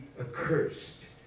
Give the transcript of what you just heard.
accursed